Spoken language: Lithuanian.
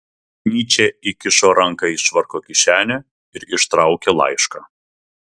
nyčė įkišo ranką į švarko kišenę ir ištraukė laišką